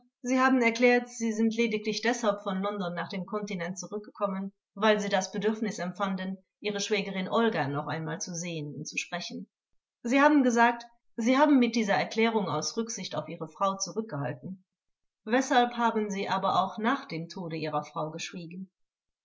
sie haben erklärt sie sind lediglich deshalb von london nach dem kontinent zurückgekommen weil sie das bedürfnis empfanden ihre schwägerin olga noch einmal zu sehen und zu sprechen sie haben gesagt sie haben mit dieser erklärung aus rücksicht auf ihre frau zurückgehalten weshalb haben sie aber auch nach dem tode ihrer frau